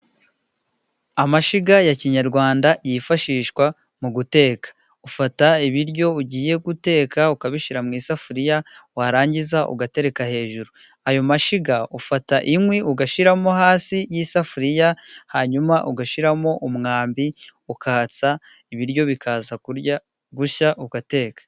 Amashyiga ya kinyarwanda yifashishwa mu guteka. Ufata ibiryo ugiye guteka， ukabishyira mu isafuriya， warangiza ugatereka hejuru. Ayo mashyiga， ufata inkwi ugashyiramo hasi y'isafuriya， hanyuma ugashyiramo umwambi ukatsa， ibiryo bikaza gushya ugateka.